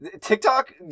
TikTok